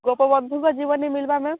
ଗୋପବନ୍ଧୁଙ୍କ ଜୀବନୀ ମିଲ୍ବା ମ୍ୟାମ୍